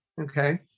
okay